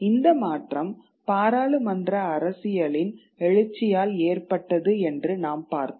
இந்த மாற்றம் பாராளுமன்ற அரசியலின் எழுச்சியால் ஏற்பட்டது என்று நாம் பார்த்தோம்